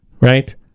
right